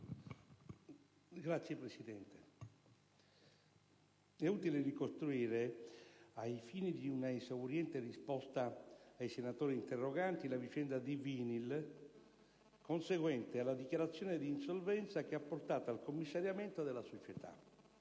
Signora Presidente, ritengo utile ricostruire, ai fini di un'esauriente risposta ai senatori interroganti, la vicenda di Vinyls conseguente alla dichiarazione di insolvenza che ha portato al commissariamento della società.